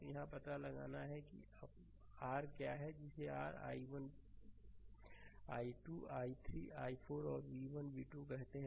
तो यहाँ यह पता लगाना है कि r क्या है जिसे r i1 i2 i3 i4 और v1 और v2 कहते हैं